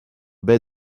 baie